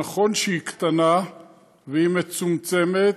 נכון שהיא קטנה והיא מצומצמת,